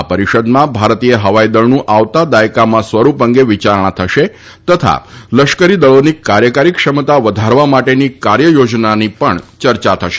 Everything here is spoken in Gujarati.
આ પરિષદમાં ભારતીય હવાઈદળનું આવતા દાયકામાં સ્વરૂપ અંગે વિચારણા થશે તથા લશ્કરી દળોની કાર્યકારી ક્ષમતા વધારવા માટેની કાર્યયોજનાની પણ ચર્ચા થશે